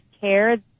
care